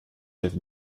chef